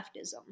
leftism